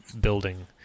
building